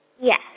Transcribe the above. Yes